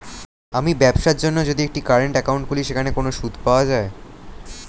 আমি ব্যবসার জন্য যদি একটি কারেন্ট একাউন্ট খুলি সেখানে কোনো সুদ পাওয়া যায়?